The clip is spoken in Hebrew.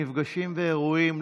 מפגשים ואירועים,